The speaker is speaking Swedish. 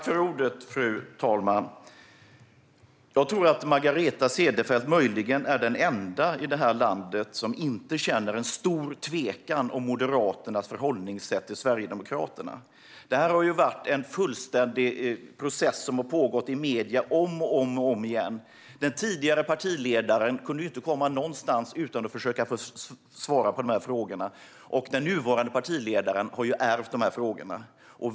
Fru talman! Jag tror att Margareta Cederfelt möjligen är den enda i detta land som inte känner en stor tvekan i fråga om Moderaternas sätt att förhålla sig till Sverigedemokraterna. Detta är en process som har pågått i medierna om och om igen. Den tidigare partiledaren kunde inte komma någonstans utan att försöka svara på dessa frågor. Och den nuvarande partiledaren har ärvt frågorna.